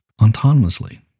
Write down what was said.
autonomously